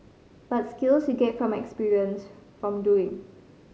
but skills you get from experience from doing